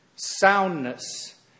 soundness